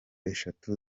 eshatu